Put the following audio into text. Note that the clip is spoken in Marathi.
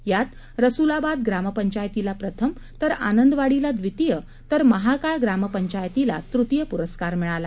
यात रसुलाबाद ग्रामपंचायतीला प्रथम आनंदवाडीला द्वितीय तर महाकाळ ग्रामपंचायतीला तृतीय पुरस्कार मिळाला